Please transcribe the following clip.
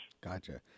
Gotcha